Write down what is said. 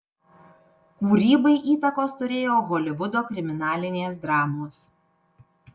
kūrybai įtakos turėjo holivudo kriminalinės dramos